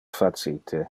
facite